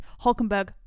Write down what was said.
Hulkenberg